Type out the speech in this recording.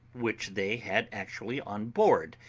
which they had actually on board,